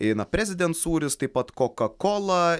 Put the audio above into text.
eina prezident sūris taip pat kokakola